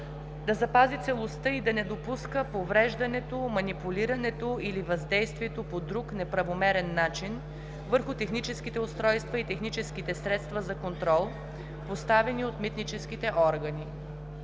да запази целостта и да не допуска повреждането, манипулирането или въздействието по друг неправомерен начин върху техническите устройства и техническите средства за контрол, поставени от митническите органи;